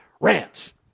Rams